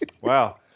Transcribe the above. Wow